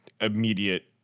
immediate